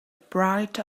bright